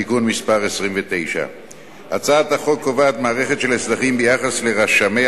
תיקון מס' 29. הצעת החוק קובעת מערכת של הסדרים ביחס לרשמי